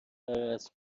رسم